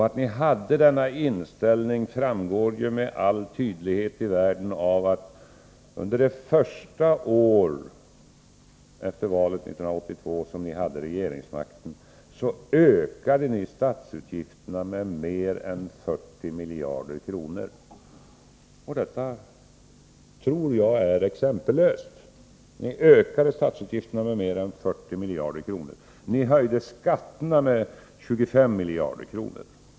Att ni hade denna inställning framgår med all tydlighet i världen av att under det första året som ni hade regeringsmakten efter valet 1982 ökade ni statsutgifterna med mer än 40 miljarder kronor. Detta tror jag är exempellöst. Ni ökade, som sagt, statsutgifterna med mer än 40 miljarder kronor. Ni höjde skatterna med 25 miljarder kronor.